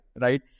right